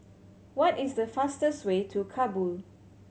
what is the fastest way to Kabul